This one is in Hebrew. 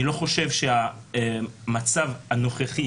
אני לא חושב שהמצב הנוכחי